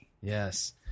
Yes